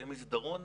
יהיה מסדרון